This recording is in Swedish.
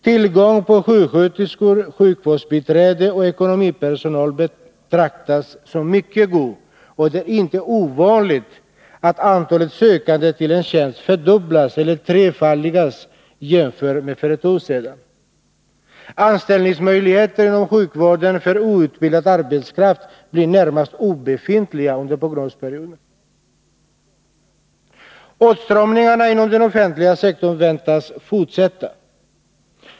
Tillgången på sjuksköterskor, sjukvårdsbiträden och ekonomipersonal betraktas som mycket god, och det är inte ovanligt att antalet sökande till en tjänst fördubblas eller trefaldigas jämfört med för ett år sedan. Anställningsmöjligheterna inom sjukvården för outbildad arbetskraft blir närmast obefintliga under prognosperioden. Åtstramningarna inom den offentliga sektorn väntas fortsätta.